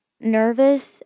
nervous